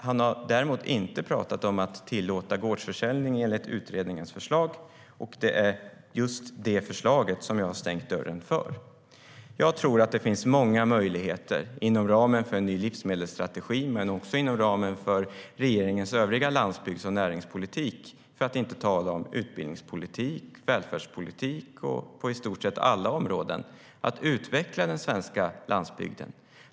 Han har däremot inte talat om att tillåta gårdsförsäljning enligt utredningens förslag, och det är just det förslaget som jag har stängt dörren för. Jag tror att det finns många möjligheter inom ramen för en ny livsmedelsstrategi men också inom ramen för regeringens övriga landsbygds och näringspolitik - för att inte tala om utbildningspolitik, välfärdspolitik och i stort sett alla områden - att utveckla den svenska landsbygden.